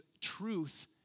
truth